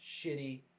shitty